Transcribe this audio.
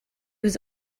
was